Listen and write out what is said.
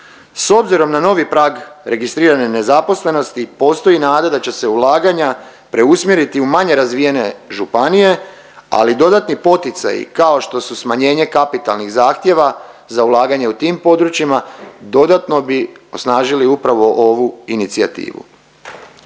S obzirom na novi prag registrirane nezaposlenosti postoji nada da će se ulaganja preusmjeriti u manje razvijene županije, ali dodatni poticaji kao što su smanjenje kapitalnih zahtjeva za ulaganje u tim područjima dodatno bi osnažili upravo ovu inicijativu.